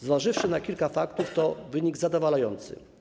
Zważywszy na kilka faktów, to wynik zadowalający.